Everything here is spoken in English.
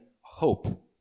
hope